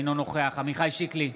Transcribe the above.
אינו נוכח עמיחי שיקלי,